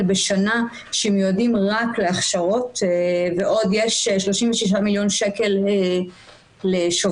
בשנה שמיועדים רק להכשרות ועוד יש 36 מיליון שקל לשוברים.